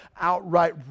outright